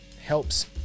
helps